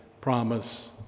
promise